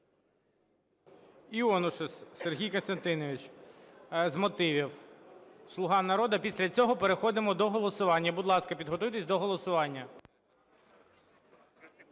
Іонушас Сергій Костянтинович – з мотивів, "Слуга народу". Після цього переходимо до голосування. Будь ласка, підготуйтесь до голосування.